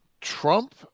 Trump